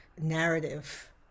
narrative